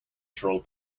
troll